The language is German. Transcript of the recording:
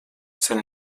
sind